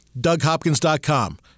DougHopkins.com